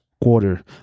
quarter